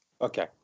Okay